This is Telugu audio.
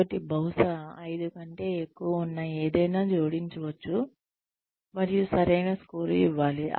కాబట్టి బహుశా ఐదు కంటే ఎక్కువ ఉన్న ఏదైనా జోడించవచ్చు మరియు సరైన స్కోరు ఇవ్వాలి